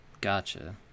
Gotcha